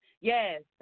Yes